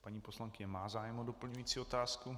Paní poslankyně má zájem o doplňující otázku.